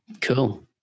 Cool